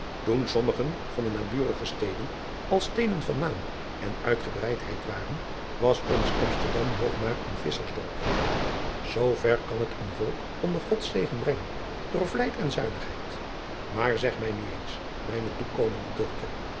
oen sommigen van de naburige steden al steden van naam en uitgebreidheid waren was ons msterdam nog maar een isschersdorpje oo ver kan het een olk onder ods zegen brengen door vlijt en zuinigheid aar zeg mij nu eens mijne toekomende dochter